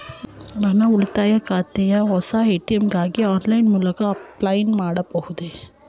ನನ್ನ ಉಳಿತಾಯ ಖಾತೆಯ ಹೊಸ ಎ.ಟಿ.ಎಂ ಗಾಗಿ ಆನ್ಲೈನ್ ಮೂಲಕ ಅಪ್ಲೈ ಮಾಡಬಹುದೇ?